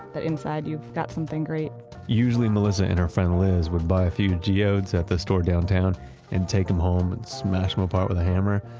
that inside you've got something great usually melissa and her friend liz would buy a few geodes at the store downtown and take them home and smash them apart with a hammer.